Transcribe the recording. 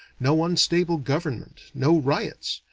no unstable government, no riots,